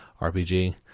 RPG